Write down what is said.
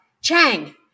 Chang